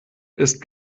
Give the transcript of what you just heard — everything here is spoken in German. ist